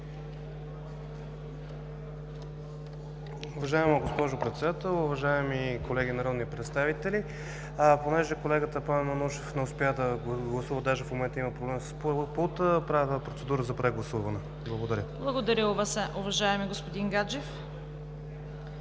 Уважаема госпожо Председател, уважаеми колеги народни представители! Понеже колегата Пламен Манушев не успя да гласува, даже в момента има проблем с пулта, правя процедура за прегласуване. Благодаря. ПРЕДСЕДАТЕЛ ЦВЕТА КАРАЯНЧЕВА: Благодаря, уважаеми господин Гаджев.